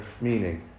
meaning